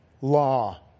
law